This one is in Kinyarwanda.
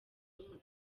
murumuna